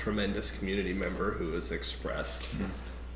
tremendous community member who has expressed